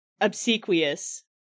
obsequious